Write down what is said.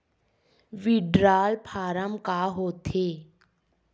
withdrawal form का होथेय